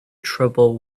trouble